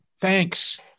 thanks